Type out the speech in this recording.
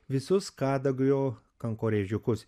visus kadagio kankorėžiukus